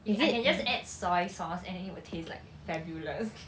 I can just add soy sauce and then it would taste like fabulous